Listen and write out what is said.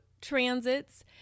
transits